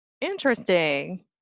interesting